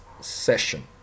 session